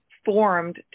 Formed